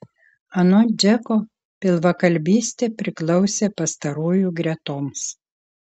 anot džeko pilvakalbystė priklausė pastarųjų gretoms